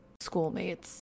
schoolmates